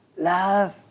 love